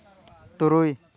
ᱛᱩᱨᱩᱭ